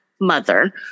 mother